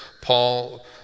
Paul